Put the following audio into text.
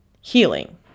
healing